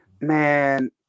Man